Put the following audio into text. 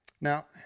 Now